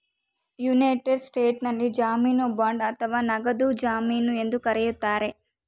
United ಸ್ಟೇಟ್ಸ್ನಲ್ಲಿ ಜಾಮೀನು bond ಅಥವಾ ನಗದು ಜಮೀನು ಎಂದು ಕರೆಯುತ್ತಾರೆ